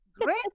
great